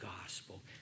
gospel